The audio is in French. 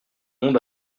monde